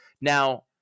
Now